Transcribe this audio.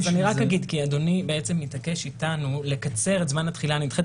אז אני רק אגיד כי אדוני בעצם מתעקש איתנו לקצר את זמן התחילה הנדחית,